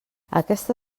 aquesta